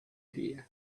idea